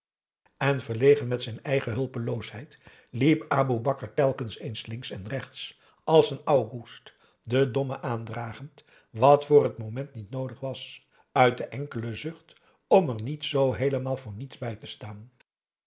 en verlegen met zijn eigen hulpeloosheid liep aboe bakar telkens eens links en rechts als een august de domme aandragend wat voor t moment niet noodig was uit de enkele zucht om er niet zoo heelemaal voor niets bij te staan